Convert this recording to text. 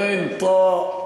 גטאס, ע'ין, ט'א,